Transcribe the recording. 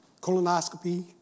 colonoscopy